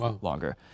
longer